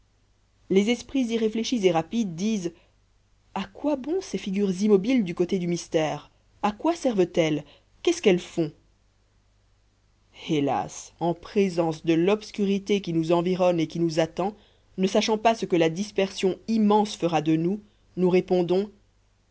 les esprits irréfléchis et rapides disent à quoi bon ces figures immobiles du côté du mystère à quoi servent elles qu'est-ce qu'elles font hélas en présence de l'obscurité qui nous environne et qui nous attend ne sachant pas ce que la dispersion immense fera de nous nous répondons